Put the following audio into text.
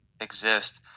exist